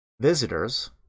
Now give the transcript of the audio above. visitors